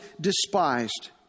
despised